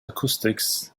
acoustics